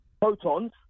photons